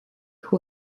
who